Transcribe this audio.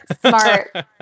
Smart